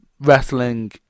wrestling